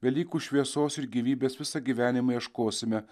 velykų šviesos ir gyvybės visą gyvenimą ieškosime